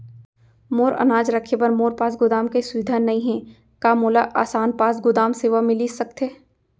मोर अनाज रखे बर मोर पास गोदाम के सुविधा नई हे का मोला आसान पास गोदाम सेवा मिलिस सकथे?